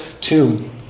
tomb